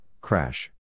crash